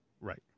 Right